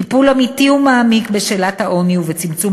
טיפול אמיתי ומעמיק בשאלת העוני ובצמצום